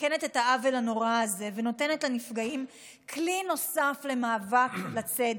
מתקנת את העוול הנורא הזה ונותנת לנפגעים כלי נוסף למאבק לצדק.